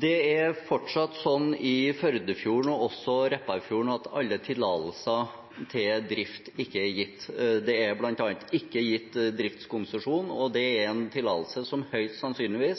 Det er fortsatt slik i Førdefjorden, og også i Repparfjorden, at alle tillatelser til drift ikke er gitt. Det er bl.a. ikke gitt driftskonsesjon, og det er en tillatelse som høyst sannsynlig